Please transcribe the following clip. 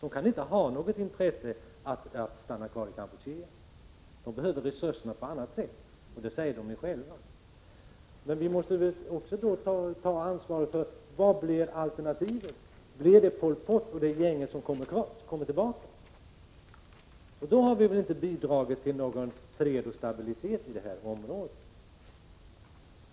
De kan inte ha något intresse av att stanna kvar i Kampuchea — de behöver sina resurser till annat, och det säger de själva. Men vi måste ta vårt ansvar och se: Vad blir alternativet? Blir det Pol Pot och hans gäng som kommer tillbaka? Skulle så ske har vi inte bidragit till fred och stabilitet i området.